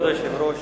כבוד היושב-ראש,